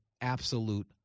absolute